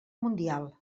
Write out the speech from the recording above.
mundial